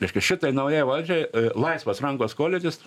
reiškia šitai naujai valdžiai laisvos rankos skolytis